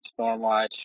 Stormwatch